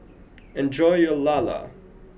enjoy your lala